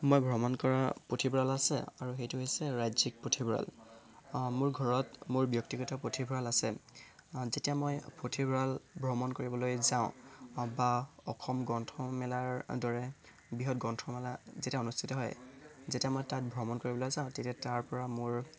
মই ভ্ৰমণ কৰা পুথিভঁৰাল আছে আৰু সেইটো হৈছে ৰাজ্যিক পুথিভঁৰাল অ' মোৰ ঘৰত মোৰ ব্যক্তিগত পুথিভঁৰাল আছে যেতিয়া মই পুথিভঁৰাল ভ্ৰমণ কৰিবলৈ যাওঁ বা অসম গ্ৰন্থমেলাৰ দৰে বৃহৎ গ্ৰন্থমেলা যেতিয়া অনুষ্ঠিত হয় যেতিয়া মই তাত ভ্ৰমণ কৰিবলৈ যাওঁ তেতিয়া তাৰপৰা মোৰ